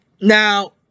Now